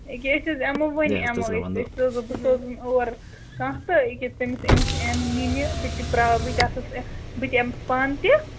أکہِ أسۍ حظ یِمو وُنۍ یِمو أسۍ أسۍ سوزو بہٕ سوزن اور کانٛہہ تہٕ أکہِ تٔمِس أمِس یِنۍ نِنہِ بہٕ تہِ پرٛاو بہٕ تہِ آسَس بہٕ تہِ أمِس پانہٕ تہِ